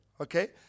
Okay